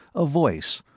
a voice,